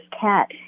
cat